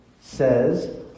says